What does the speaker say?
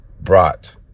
brought